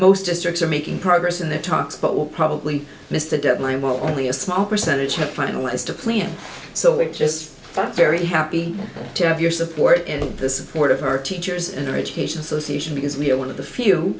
most districts are making progress in the talks but will probably miss the deadline will only a small percentage have finalist a plan so we're just very happy to have your support and the support of our teachers and the education association because we are one of the few